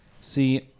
See